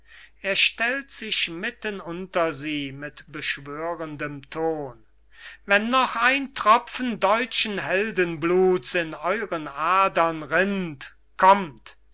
er stellt sich mitten unter sie mit beschwörendem ton wenn noch ein tropfen deutschen heldenbluts in euren adern rinnt kommt